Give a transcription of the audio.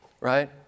Right